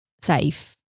safe